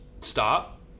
stop